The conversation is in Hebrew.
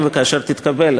אם וכאשר תתקבל,